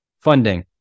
funding